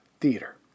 theater